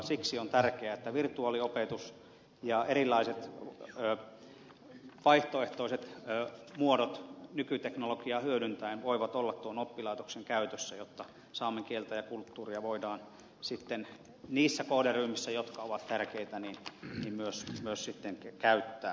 siksi on tärkeää että virtuaaliopetus ja erilaiset vaihtoehtoiset muodot nykyteknologiaa hyödyntäen voivat olla tuon oppilaitoksen käytössä jotta saamen kieltä ja kulttuuria voidaan niissä kohderyhmissä jotka ovat tärkeitä myös käyttää